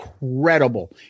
incredible